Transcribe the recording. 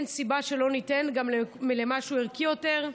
אין סיבה שלא ניתן גם על משהו ערכי יותר.